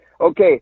Okay